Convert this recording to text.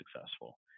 successful